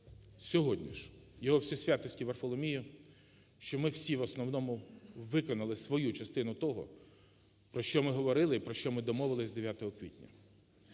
сьогодні ж Його Всесвятості Варфоломія, що ми всі в основному виконали свою частину того, про що ми говорили і про що ми домовились 9 квітня.